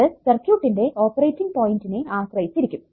അത് സർക്യൂട്ടിന്റെ ഓപ്പറേറ്റിംഗ് പോയിന്റിനെ ആശ്രയിച്ചിരിക്കും